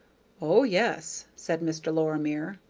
o yes, said mr. lorimer,